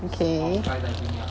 okay